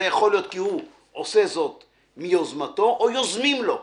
זה יכול להיות כי הוא עושה זאת מיוזמתו או יוזמים לו.